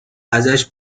ازش